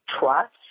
trust